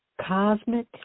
cosmic